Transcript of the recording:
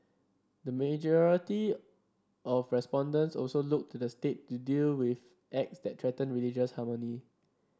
the majority of respondents also looked to the state to deal with acts that threaten religious harmony